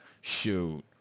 Shoot